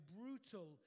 brutal